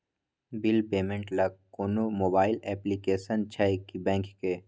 Bill payment ल कोनो mobile application छै की बैंक के?